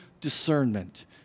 discernment